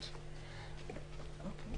להתמודדות עם נגיף הקורונה החדש (הוראת שעה)